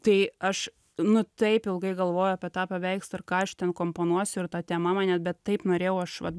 tai aš nu taip ilgai galvojau apie tą paveikslą ir ką aš ten komponuosiu ir ta tema mane bet taip norėjau aš vat